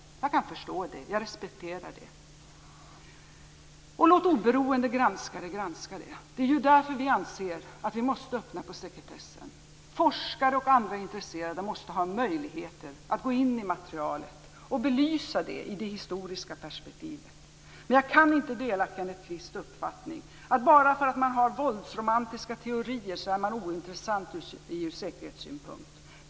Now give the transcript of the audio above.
Jag kan förstå det, och jag respekterar det. Låt oberoende granskare gå igenom det. Det är ju därför vi anser att vi måste öppna på sekretessen. Forskare och andra intresserade måste ha möjligheter att gå in i materialet och belysa det i det historiska perspektivet. Jag kan inte dela Kenneth Kvists uppfattning att bara därför att man har våldsromantiska teorier är man ointressant ur säkerhetssynpunkt.